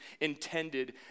intended